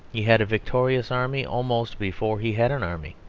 he had a victorious army almost before he had an army.